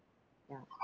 ya